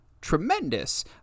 tremendous